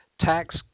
tax